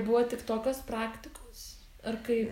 buvo tik tokios praktikos ar kai